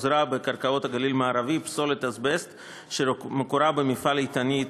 פוזרה בקרקעות הגליל המערבי פסולת אזבסט שמקורה במפעל "איתנית,